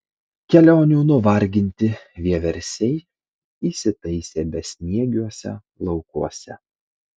kelionių nuvarginti vieversiai įsitaisė besniegiuose laukuose